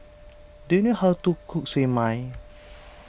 do you know how to cook Siew Mai